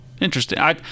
Interesting